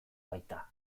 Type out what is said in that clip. baita